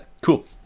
cool